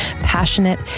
passionate